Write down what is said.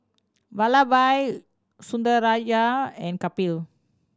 Vallabhbhai Sundaraiah and Kapil